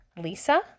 Lisa